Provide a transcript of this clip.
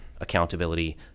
accountability